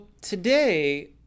today